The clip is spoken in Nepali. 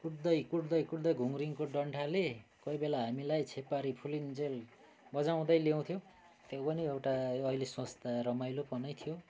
कुट्दै कुट्दै कुट्दै घुङ्रिङको डन्ठाले कोही बेला हामीलाई छेपारी फुलिन्जेल बजाउँदै ल्याउँथ्यो त्यो पनि एउटा अहिले सोच्दा रमाइलोपनै थियो